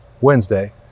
wednesday